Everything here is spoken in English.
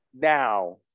Now